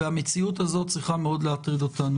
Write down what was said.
והמציאות הזאת צריכה מאוד להטריד אותנו.